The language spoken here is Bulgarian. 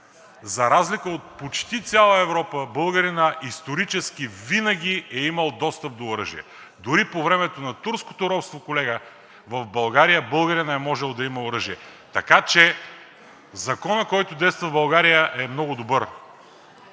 За разлика от почти цяла Европа българинът исторически винаги е имал достъп до оръжие, дори по времето на турското робство, колега, в България българинът е можел да има оръжие, така че Законът, който действа в България, е много добър.